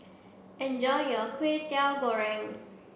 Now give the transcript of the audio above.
enjoy your Kway Teow Goreng